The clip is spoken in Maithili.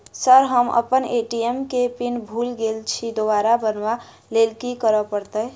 सर हम अप्पन ए.टी.एम केँ पिन भूल गेल छी दोबारा बनाब लैल की करऽ परतै?